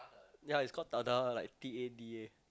ya it's called Tada like T_A_D_A